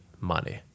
money